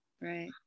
Right